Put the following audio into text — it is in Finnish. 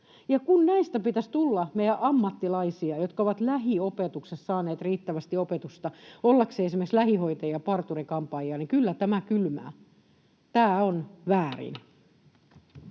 Ja kun näistä pitäisi tulla meidän ammattilaisia, jotka ovat lähiopetuksessa saaneet riittävästi opetusta ollakseen esimerkiksi lähihoitajia ja parturi-kampaajia, niin kyllä tämä kylmää. Tämä on väärin.